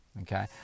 Okay